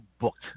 booked